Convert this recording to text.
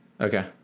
okay